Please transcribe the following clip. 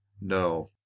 No